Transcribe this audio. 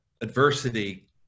adversity